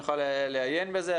שנוכל לעיין בזה.